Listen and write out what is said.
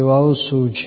સેવાઓ શું છે